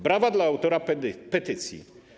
Brawa dla autora petycji.